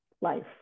life